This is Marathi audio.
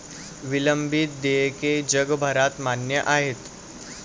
विलंबित देयके जगभरात मान्य आहेत